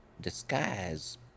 disguise